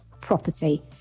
property